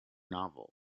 novel